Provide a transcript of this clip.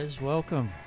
Welcome